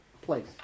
place